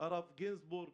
הרב גינזבורג